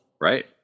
Right